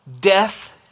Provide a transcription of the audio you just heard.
death